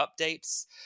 updates